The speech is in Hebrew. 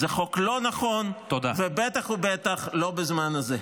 זה חוק לא נכון, ובטח ובטח לא בזמן הזה.